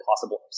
possible